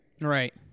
Right